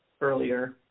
earlier